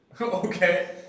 Okay